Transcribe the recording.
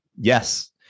Yes